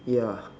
ya